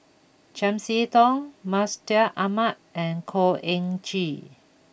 Chiam See Tong Mustaq Ahmad and Khor Ean Ghee